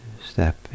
step